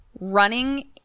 running